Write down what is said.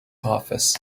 office